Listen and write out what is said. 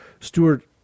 Stewart